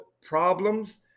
problems